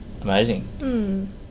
Amazing